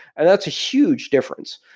and that's a huge difference.